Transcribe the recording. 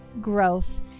growth